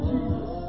Jesus